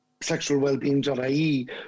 sexualwellbeing.ie